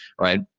right